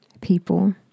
people